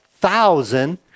thousand